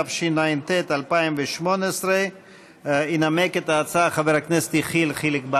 התשע"ט 2018. ינמק את ההצעה חבר הכנסת יחיאל חיליק בר,